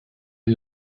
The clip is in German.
den